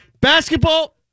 Basketball